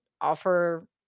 offer